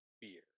beer